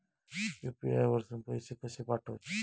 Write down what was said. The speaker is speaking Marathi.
यू.पी.आय वरसून पैसे कसे पाठवचे?